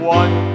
one